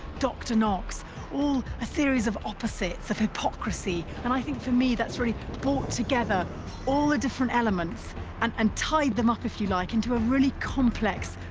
dr. knox all a series of opposites, of hypocrisy, and i think, for me, that's really brought together all the different elements and and tied them up, if you like, into a really complex,